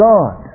God